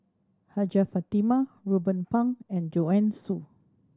Hajjah Fatimah Ruben Pang and Joanne Soo